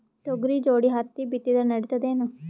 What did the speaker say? ತೊಗರಿ ಜೋಡಿ ಹತ್ತಿ ಬಿತ್ತಿದ್ರ ನಡಿತದೇನು?